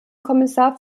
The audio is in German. kommissar